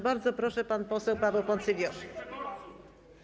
Bardzo proszę, pan poseł Paweł Poncyljusz.